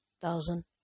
thousand